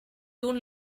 don’t